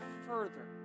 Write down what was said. further